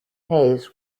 hays